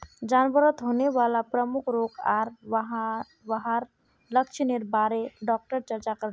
जानवरत होने वाला प्रमुख रोग आर वहार लक्षनेर बारे डॉक्टर चर्चा करले